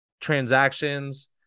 transactions